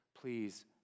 Please